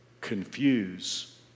confuse